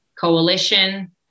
coalition